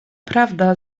prawda